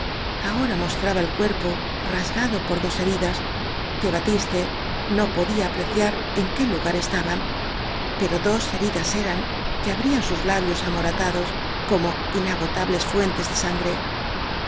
ahora mostraba el cuerpo rasgado por dos heridas que batiste no po cha apreciar en qué lugar estaban pero dos heridas eran que abrían sus labios amora tados como inagotables fuentes de sangre